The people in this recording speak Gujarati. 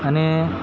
અને